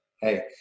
Hey